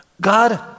God